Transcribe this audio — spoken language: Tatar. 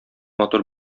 матур